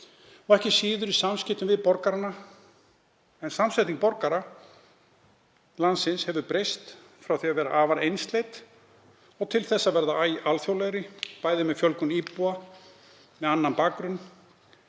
og ekki síður í samskiptum við borgarana. En samsetning borgara landsins hefur breyst frá því að vera afar einsleit og til þess að verða æ alþjóðlegri, með fjölgun íbúa með annan bakgrunn